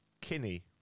Kinney